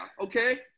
okay